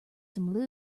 some